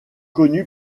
connu